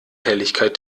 helligkeit